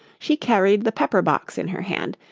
she carried the pepper-box in her hand,